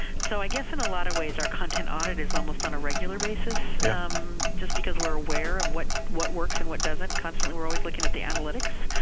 so i guess, in a lot of ways, our content audit is almost on a regular basis just because we're aware of what what works and what doesn't. constantly, we're always looking at the analytics,